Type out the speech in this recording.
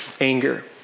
anger